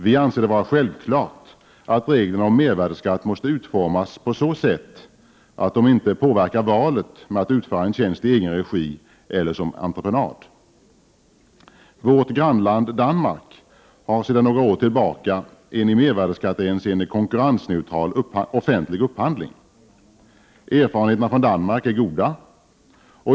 Vi anser det vara självklart att reglerna om mervärdeskatt måste utformas på så sätt att de inte påverkar valet med att utföra en tjänst i egen regi eller som entreprenad. Vårt grannland Danmark har sedan några år tillbaka en i mervärdeskattehänseende konkurrensneutral offentlig upphandling. Erfarenheterna från Danmark är goda.